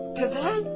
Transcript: today